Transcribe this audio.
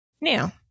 Now